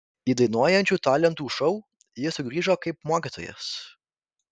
į dainuojančių talentų šou jis sugrįžo kaip mokytojas